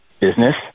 business